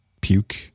puke